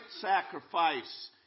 sacrifice